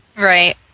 Right